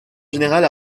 général